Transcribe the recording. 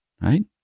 right